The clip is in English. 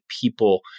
people